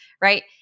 right